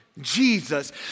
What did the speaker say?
Jesus